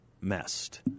messed